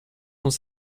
sans